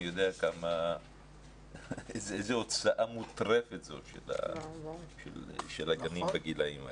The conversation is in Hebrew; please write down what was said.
יודע איזו הוצאה מוטרפת זאת של הגנים בגילאים האלה.